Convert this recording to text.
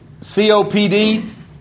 COPD